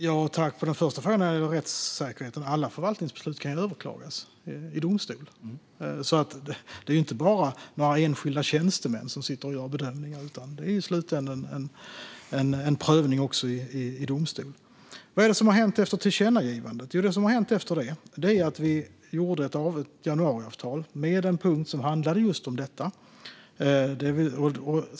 Fru talman! På den första frågan om rättssäkerheten kan jag säga att alla förvaltningsbeslut kan överklagas i domstol. Det är inte bara några enskilda tjänstemän som gör bedömningar, utan i slutändan är det en prövning också i domstol. Vad är det som har hänt efter tillkännagivandet? Jo, det som har hänt är att det blev ett januariavtal med en punkt som handlar om denna fråga.